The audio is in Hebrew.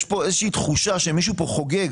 יש תחושה שמישהו פה חוגג.